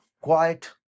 quiet